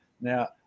Now